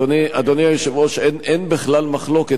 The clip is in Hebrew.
אדוני היושב-ראש, אין בכלל מחלוקת.